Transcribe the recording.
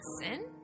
Sin